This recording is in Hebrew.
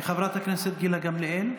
בעד גילה גמליאל,